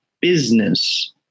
business